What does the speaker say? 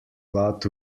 lot